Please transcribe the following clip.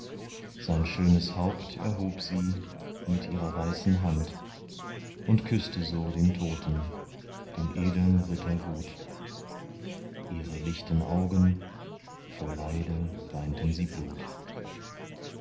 sein schönes haupt erhob sie mit ihrer weißen hand und küßte so den toten den edeln ritter gut ihre lichten augen vor leide weinten sie blut